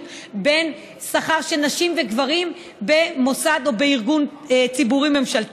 בין שכר של נשים וגברים במוסד או בארגון ציבורי-ממשלתי.